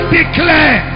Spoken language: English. declare